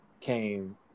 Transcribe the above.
came